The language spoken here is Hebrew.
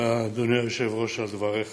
תודה, אדוני היושב-ראש, על דבריך